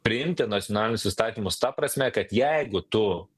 priimti nacionalinius įstatymus ta prasme kad jeigu tu